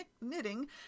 knitting